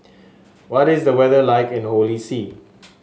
what is the weather like in Holy See